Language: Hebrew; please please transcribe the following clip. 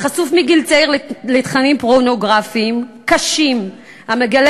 החשוף מגיל צעיר לתכנים פורנוגרפיים קשים המגלים